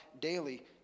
daily